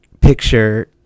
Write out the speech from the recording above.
picture